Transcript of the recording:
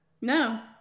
no